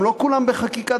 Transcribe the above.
לא כולם בחקיקה,